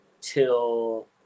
till